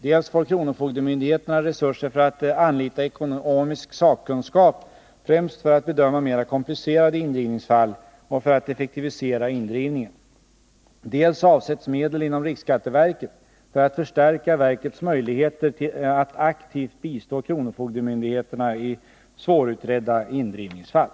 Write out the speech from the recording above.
Dels får kronofogdemyndigheterna resurser för att anlita ekonomisk sakkunskap främst för att bedöma mera komplicerade indrivningsfall och för att effektivisera indrivningen. Dels avsätts medel inom riksskatteverket för att förstärka verkets möjligheter att aktivt bistå kronofogdemyndigheterna i svårutredda indrivningsfall.